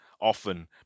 often